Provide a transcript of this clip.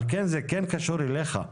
על כן זה כן קשור אליך.